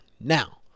Now